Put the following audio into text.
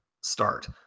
start